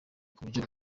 kuburyo